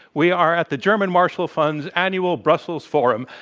we are at the german marshall funds annual brussels forum.